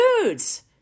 foods